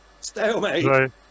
Stalemate